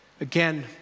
Again